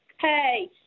Hey